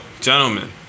gentlemen